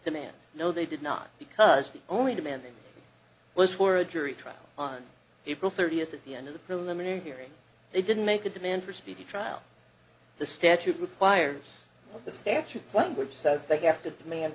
demand no they did not because the only demanding was for a jury trial on april thirtieth at the end of the preliminary hearing they didn't make a demand for speedy trial the statute requires the statutes language says they have to demand